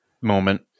moment